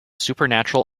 supernatural